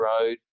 road